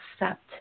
accept